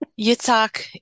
Yitzhak